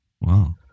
wow